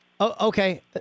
Okay